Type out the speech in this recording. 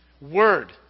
Word